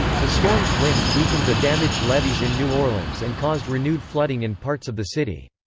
the storm's winds weakened the damaged levees in new orleans and caused renewed flooding in parts of the city.